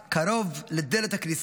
קרוב לדלת הכניסה